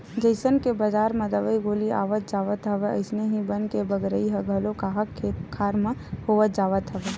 जइसन के बजार म दवई गोली आवत जावत हवय अइसने ही बन के बगरई ह घलो काहक खेत खार म होवत जावत हवय